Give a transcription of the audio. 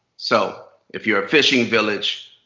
so if you're a fishing village,